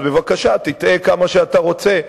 אז בבקשה, תטעה כמה שאתה רוצה.